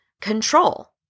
control